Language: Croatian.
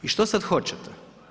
I što sad hoćete?